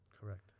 correct